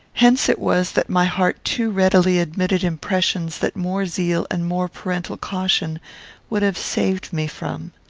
hence it was that my heart too readily admitted impressions that more zeal and more parental caution would have saved me from.